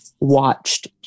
watched